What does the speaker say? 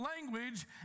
language